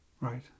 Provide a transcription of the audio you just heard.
right